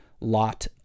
lot